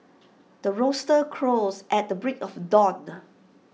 the rooster crows at the break of dawn